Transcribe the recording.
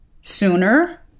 sooner